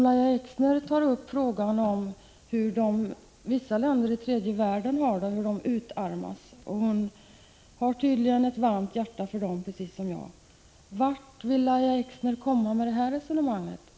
Lahja Exner tar upp frågan om hur människor i tredje världen har det, hur de utarmas — hon har tydligen ett varmt hjärta för dem, precis som jag. Vart vill Lahja Exner komma med detta resonemang?